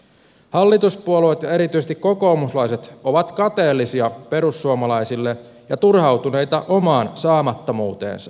hallituspuolueet ja erityisesti kokoomuslaiset ovat kateellisia perussuomalaisille ja turhautuneita omaan saamattomuuteensa